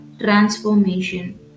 transformation